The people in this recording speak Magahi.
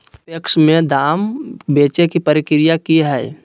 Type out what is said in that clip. पैक्स में धाम बेचे के प्रक्रिया की हय?